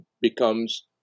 becomes